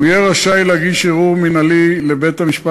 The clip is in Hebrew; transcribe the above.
הוא יהיה רשאי להגיש ערעור מינהלי לבית-המשפט